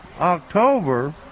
October